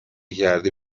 کردی